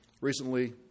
recently